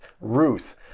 Ruth